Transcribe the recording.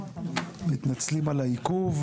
מתנצלים על העיכוב.